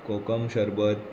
कोकम शरबत